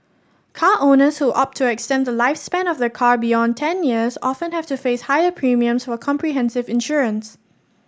car owners who opt to extend the lifespan of their car beyond ten years often have to face higher premiums for comprehensive insurance